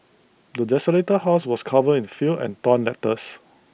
the desolated house was covered in filth and torn letters